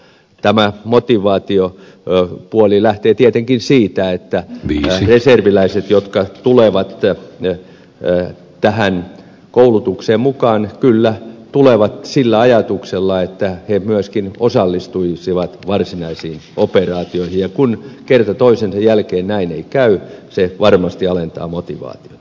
tämä motivaatiopuoli lähtee tietenkin siitä että nämä reserviläiset jotka tulevat tähän koulutukseen mukaan kyllä tulevat sillä ajatuksella että he myöskin osallistuisivat varsinaisiin operaatioihin ja kun kerta toisensa jälkeen näin ei käy se varmasti alentaa motivaatiota